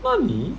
nani